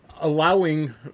allowing